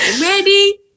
ready